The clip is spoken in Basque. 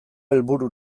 helburu